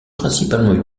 principalement